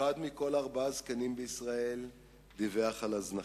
אחד מכל ארבעה זקנים בישראל דיווח על הזנחה,